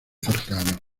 cercanos